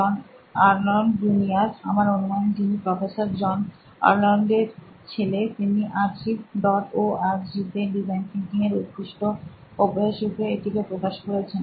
জন Arnold junior আমার অনুমান যিনি প্রফেসর জন আর্নল্ড এর ছেলে তিনি archive dot O R G তে ডিজাইন থিঙ্কিং এর উৎকৃষ্ট অভ্যাস রূপে এটিকে প্রকাশ করেছেন